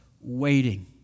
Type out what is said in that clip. waiting